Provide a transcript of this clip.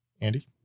Andy